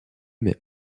même